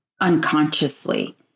unconsciously